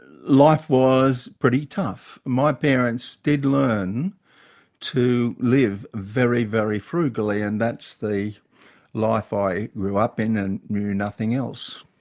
life was pretty tough. my parents did learn to live very, very frugally and that's the life i grew up in and knew nothing else.